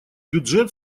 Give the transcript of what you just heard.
бюджет